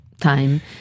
time